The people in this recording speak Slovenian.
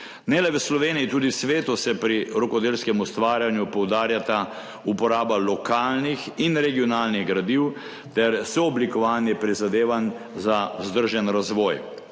Ne le v Sloveniji, tudi v svetu se pri rokodelskem ustvarjanju poudarjata uporaba lokalnih in regionalnih gradiv ter sooblikovanje prizadevanj za vzdržen razvoj.